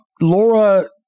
laura